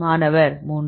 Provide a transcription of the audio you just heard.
மாணவர் 3